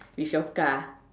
with your car